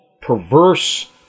perverse